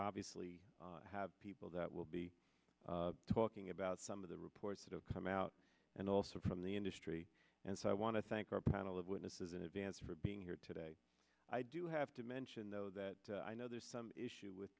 obviously have people that will be talking about some of the reports that have come out and also from the industry and so i want to thank our panel of witnesses in advance for being here today i do have to mention though that i know there's some issue with